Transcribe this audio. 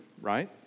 right